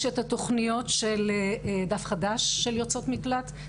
יש את התוכניות של דף חדש, של יוצאות מקלט.